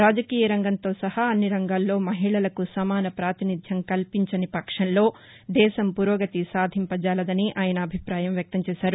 రాజకీయ రంగంతో సహా అన్ని రంగాల్లో మహిళలకు సమాన ప్రాతినిధ్యం కల్పించని పక్షంలో దేశం పురోగతి సాధించజాలదని ఆయన అభిప్రాయం వ్యక్తం చేశారు